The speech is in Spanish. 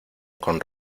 con